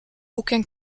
aucun